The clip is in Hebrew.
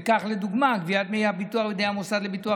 וכך לדוגמה גביית דמי הביטוח בידי המוסד לביטוח